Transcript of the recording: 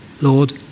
Lord